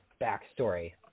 backstory